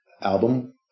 album